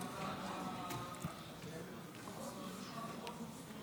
כבוד היושב-ראש,